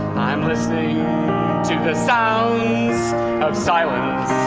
i'm listening to the sounds of silence.